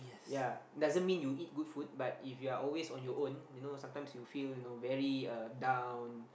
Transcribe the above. yea doesn't mean you eat good food but if you're always on your own you know sometimes you feel you know very uh down